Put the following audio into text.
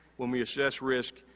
when we assess risk,